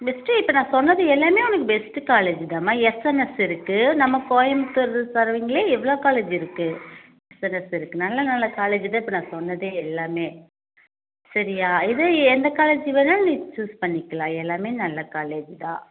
best இப்போ நான் சொன்னது எல்லாமே உனக்கு பெஸ்ட் காலேஜ் தாம்மா எஸ்என்எஸ் இருக்குது நம்ம கோயம்புத்தூர் சரண்டிங்கிலயே எவ்வளோ காலேஜ் இருக்குது எஸ்என்எஸ் இருக்குது நல்ல நல்ல காலேஜ் தான் நான் இப்போ சொன்னது எல்லாமே சரியாக இது எந்த காலேஜ் வேணாலும் நீ சூஸ் பண்ணிக்கலாம் எல்லாமே நல்ல காலேஜ் தான்